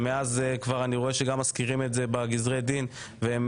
ואני רואה שמזכירים את זה בגזרי דין ואותן